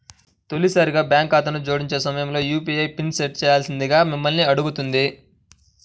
తొలిసారి బ్యాంక్ ఖాతాను జోడించే సమయంలో యూ.పీ.ఐ పిన్ని సెట్ చేయాల్సిందిగా మిమ్మల్ని అడుగుతుంది